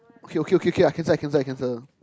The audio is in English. okay okay okay okay I cancel I cancel I cancel